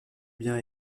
bien